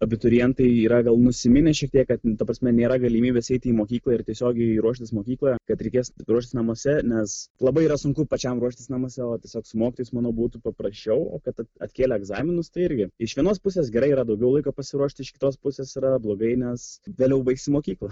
abiturientai yra gal nusiminę šiek tiek kad ta prasme nėra galimybės eiti į mokyklą ir tiesiogiai ruoštis mokykloje kad reikės ruoštis namuose nes labai yra sunku pačiam ruoštis namuose o tiesiog su mokytojais manau būtų paprasčiau o kad atkėlė egzaminus tai irgi iš vienos pusės gerai yra daugiau laiko pasiruošti iš kitos pusės yra blogai nes vėliau baigsi mokyklą